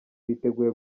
biteguye